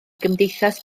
gymdeithas